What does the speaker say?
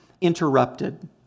interrupted